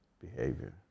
behavior